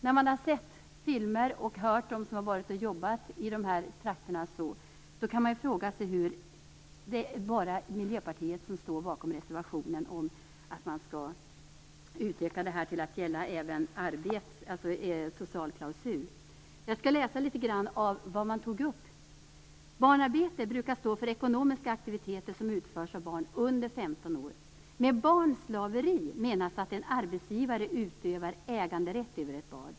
När man har sett filmer om detta och hört dem som har varit och jobbat i dessa trakter kan man fråga sig varför det är bara Miljöpartiet som står bakom reservationen om att man skall utöka reglerna till att gälla även socialklausuler. Jag skall läsa litet grand av vad man tog upp bland gymnasieeleverna. "Barnarbete brukar stå för ekonomiska aktiviteter som utförs av barn under 15 år. Med barnslaveri menas att en arbetsgivare utövar äganderätt över ett barn.